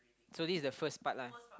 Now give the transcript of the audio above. so this is the first part lah